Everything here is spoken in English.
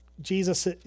Jesus